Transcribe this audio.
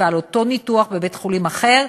ולאותו ניתוח בבית-חולים אחר,